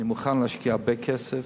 אני מוכן להשקיע הרבה כסף,